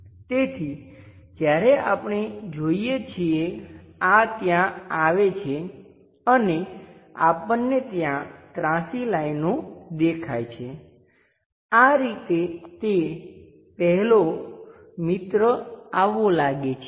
તેથી જ્યારે આપણે જોઈએ છીએ આ ત્યાં આવે છે અને આપણને ત્યાં ત્રાસી લાઈનો દેખાય છે આ રીતે તે પહેલો મિત્ર આવો લાગે છે